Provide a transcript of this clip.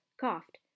coughed